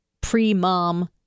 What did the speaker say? pre-mom